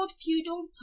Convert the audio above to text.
feudal